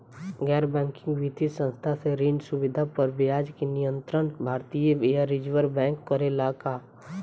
गैर बैंकिंग वित्तीय संस्था से ऋण सुविधा पर ब्याज के नियंत्रण भारती य रिजर्व बैंक करे ला का?